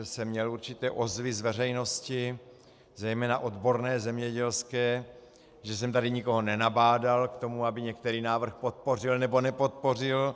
Měl jsem určité ozvy z veřejnosti, zejména odborné zemědělské, že jsem tady nikoho nenabádal k tomu, aby některý návrh podpořil, nebo nepodpořil.